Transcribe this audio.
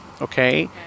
okay